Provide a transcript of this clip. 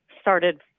started